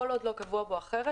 כל עוד לא קבוע בו אחרת,